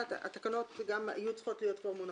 התקנות היו צריכות להיות כבר מונחות,